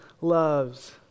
loves